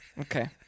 Okay